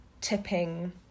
tipping